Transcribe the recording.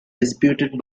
disputed